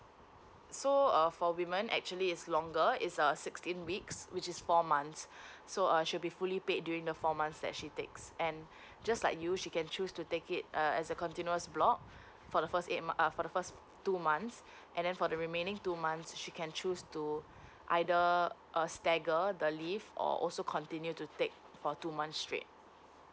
so uh for women actually is longer it's a sixteen weeks which is four months so err should be fully paid during the four months that she takes and just like you she can choose to take it uh as a continuous block for the first eight mo~ for the first two months and then for the remaining two months she can choose to either stagger the leave or also continue to take two months straightso continue to take for two months straight